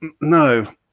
no